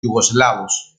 yugoslavos